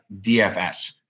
DFS